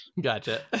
Gotcha